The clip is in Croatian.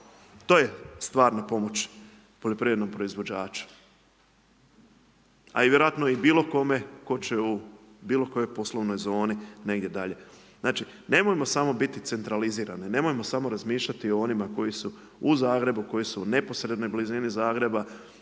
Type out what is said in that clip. To je stvarna pomoć poljoprivrednom proizvođaču, a i vjerojatno i bilo kome tko će u bilo kojoj poslovnoj zoni negdje dalje. Znači, nemojmo samo biti centralizirano, nemojmo samo razmišljati o onima koji su u Zagrebu, koji su u neposrednoj blizini Zagreba,